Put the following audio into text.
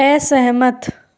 असहमत